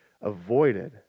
avoided